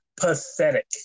pathetic